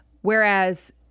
Whereas